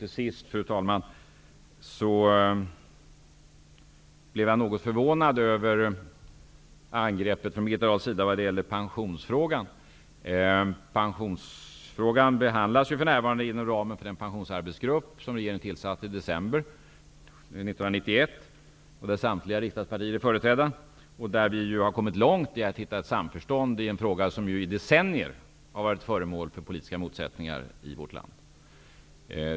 Till sist, fru talman, blev jag något förvånad över angreppet från Birgitta Dahl i fråga om pensionerna. Pensionsfrågan behandlas för närvarande inom ramen för den pensionsarbetsgrupp som regeringen tillsatte i december 1991 och där samtliga riksdagspartier är företrädda. Där har vi kommit långt när det gäller att hitta ett samförstånd i en fråga som i decennier har varit föremål för politiska motsättningar i vårt land.